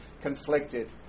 conflicted